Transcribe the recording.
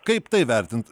kaip tai vertint